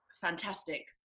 fantastic